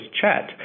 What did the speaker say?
chat